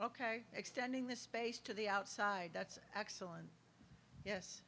ok extending the space to the outside that's excellent yes